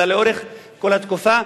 אלא לאורך כל התקופה,